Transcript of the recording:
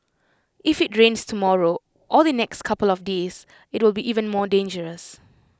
if IT rains tomorrow or the next couple of days IT will be even more dangerous